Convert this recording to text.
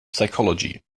psychology